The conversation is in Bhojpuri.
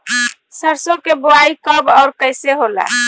सरसो के बोआई कब और कैसे होला?